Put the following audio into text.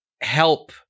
help